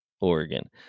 Oregon